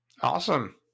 Awesome